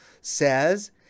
says